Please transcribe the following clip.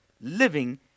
living